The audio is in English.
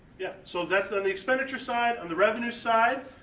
yeah. so that's, then the expenditure side and the revenue side,